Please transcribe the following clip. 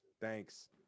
Thanks